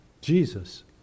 Jesus